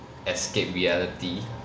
escape reality